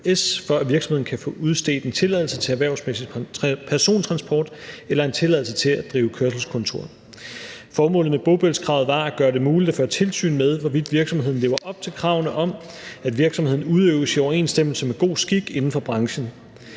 for at virksomheden kan få udstedt en tilladelse til erhvervsmæssig persontransport eller en tilladelse til at drive kørselskontor. Formålet med bopælskravet var at gøre det muligt at føre tilsyn med, hvorvidt en virksomhed lever op til kravene om, at virksomheden udøves i overensstemmelse med god skik inden for branchen.